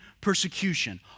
persecution